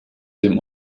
dem